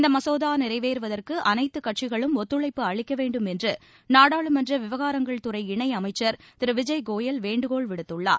இந்த மசோதா நிறைவேறுவதற்கு அனைத்து கட்சிகளும் ஒத்துழைப்பு அளிக்க வேண்டும் என்று நாடாளுமன்ற விவாகரங்கள் துறை இணையமைச்சர் திரு விஜய் கோயல் வேண்டுகோள் விடுத்துள்ளார்